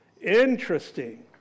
Interesting